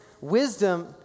wisdom